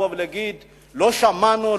לבוא ולהגיד: לא שמענו,